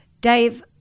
Dave